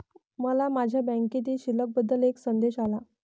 मला माझ्या बँकेतील शिल्लक बद्दल एक संदेश आला